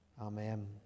Amen